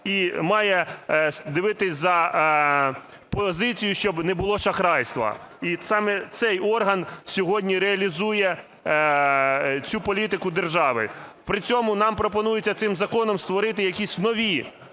і має дивитись за позицією, щоб не було шахрайства. І саме цей орган сьогодні реалізує цю політику держави. При цьому нам пропонується цим законом створити якісь нові